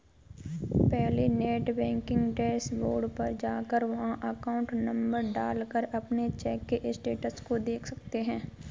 पहले net banking dashboard पर जाकर वहाँ अकाउंट नंबर डाल कर अपने चेक के स्टेटस को देख सकते है